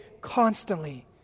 constantly